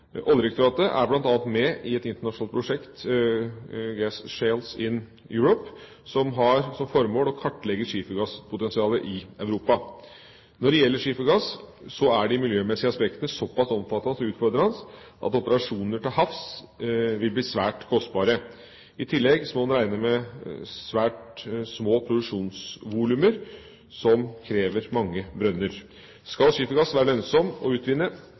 Oljedirektoratet er bl.a. med i et internasjonalt prosjekt, «Gas Shales in Europe», som har som formål å kartlegge skifergasspotensialet i Europa. Når det gjelder skifergass, er de miljømessige aspektene såpass omfattende og utfordrende at operasjoner til havs vil bli svært kostbare. I tillegg må man regne med svært små produksjonsvolumer som krever mange brønner. Skal skifergassen være lønnsom å utvinne,